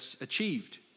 achieved